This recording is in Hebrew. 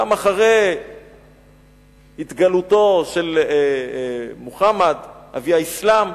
גם אחרי התגלותו של מוחמד, אבי האסלאם,